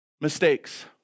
mistakes